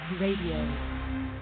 radio